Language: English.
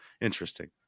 interesting